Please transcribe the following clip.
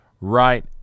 right